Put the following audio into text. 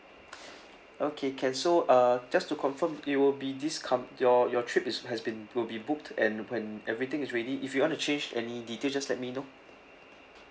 okay can so uh just to confirm it will be this come your your trip is has been will be booked and when everything is ready if you want to change any details just let me know